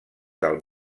del